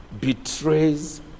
betrays